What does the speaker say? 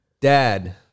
Dad